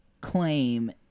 claim